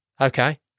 Okay